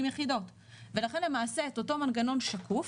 יחידות ולכן למעשה אותו מנגנון שקוף,